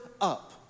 up